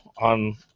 on